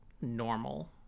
normal